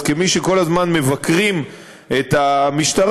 אז כמי שכל הזמן מבקרים את המשטרה,